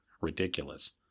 ridiculous